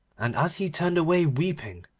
and, as he turned away weeping,